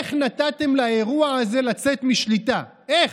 איך נתתם לאירוע הזה לצאת משליטה, איך?